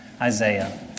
Isaiah